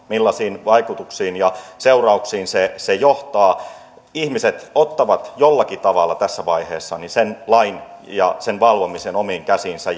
millaisiin vaikutuksiin ja seurauksiin se se johtaa ihmiset ottavat jollakin tavalla tässä vaiheessa sen lain ja valvomisen omiin käsiinsä